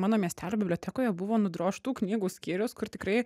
mano miestelio bibliotekoje buvo nudrožtų knygų skyrius kur tikrai